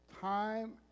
Time